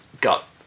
got